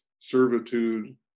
servitude